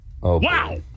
Wow